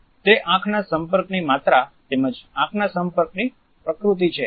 તે આંખના સંપર્કની માત્રા તેમજ આંખના સંપર્કની પ્રકૃતિ છે